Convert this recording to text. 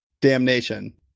damnation